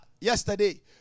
yesterday